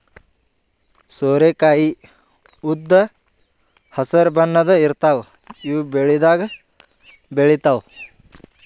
ಸೋರೆಕಾಯಿ ಉದ್ದ್ ಹಸ್ರ್ ಬಣ್ಣದ್ ಇರ್ತಾವ ಇವ್ ಬೆಳಿದಾಗ್ ಬೆಳಿತಾವ್